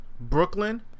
Brooklyn